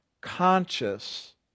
conscious